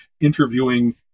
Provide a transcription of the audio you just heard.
interviewing